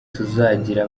tuzagira